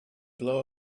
blow